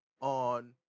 on